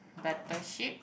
Battleship